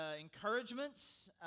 encouragements